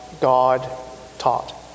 God-taught